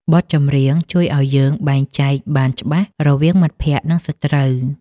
បទចម្រៀងជួយឱ្យយើងបែងចែកបានច្បាស់ រវាងមិត្តភក្តិ និងសត្រូវ។